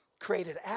created